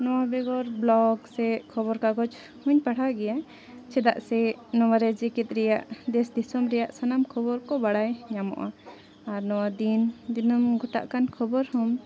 ᱱᱚᱣᱟ ᱵᱮᱜᱚᱨ ᱵᱞᱚᱠ ᱥᱮ ᱠᱷᱚᱵᱚᱨ ᱠᱟᱜᱚᱡ ᱦᱚᱸᱧ ᱯᱟᱲᱦᱟᱣ ᱜᱮᱭᱟ ᱪᱮᱫᱟᱜ ᱥᱮ ᱱᱚᱣᱟ ᱨᱮ ᱡᱮᱜᱮᱫ ᱨᱮᱭᱟᱜ ᱫᱮᱥ ᱫᱤᱥᱚᱢ ᱨᱮᱭᱟᱜ ᱥᱟᱱᱟᱢ ᱠᱷᱚᱵᱚᱨ ᱠᱚ ᱵᱟᱲᱟᱭ ᱧᱟᱢᱚᱜᱼᱟ ᱟᱨ ᱱᱚᱣᱟ ᱫᱤᱱ ᱫᱤᱱᱟᱹᱢ ᱜᱷᱚᱴᱟᱜ ᱠᱟᱱ ᱠᱷᱚᱵᱚᱨ ᱦᱚᱸᱢ